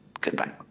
Goodbye